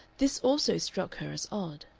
this also struck her as odd.